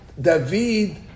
David